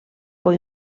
por